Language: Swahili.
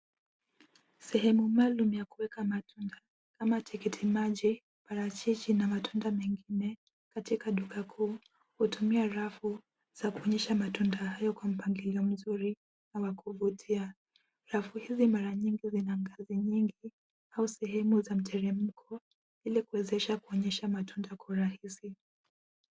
Sehemu maalum ya kuweka matunda kama tikiti maji, parachichi na matunda mengine katika duka kuu, hutumia rafu za kuonyesha matunda hayo kwa mpangilio mzuri na wakuvutia. Rafu hizi mara nyingi zina ngazi nyingi au sehemu za mteremko, ili kuwezesha kuonyesha matunda kwa urahisi.